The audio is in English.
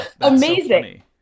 Amazing